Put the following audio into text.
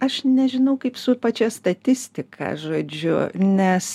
aš nežinau kaip su pačia statistika žodžiu nes